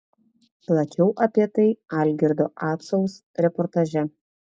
plačiau apie tai algirdo acaus reportaže